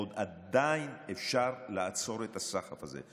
עדיין אפשר לעצור את הסחף הזה.